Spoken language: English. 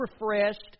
refreshed